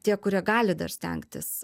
tie kurie gali dar stengtis